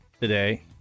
today